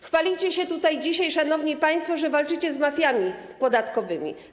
Chwalicie się dzisiaj, szanowni państwo, że walczycie z mafiami podatkowymi.